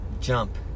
jump